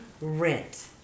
rent